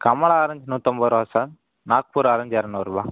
Kamala orange நூற்றைம்பது ரூபா sir Nagpur orange எரநூறுவா